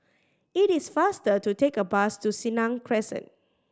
it is faster to take a bus to Senang Crescent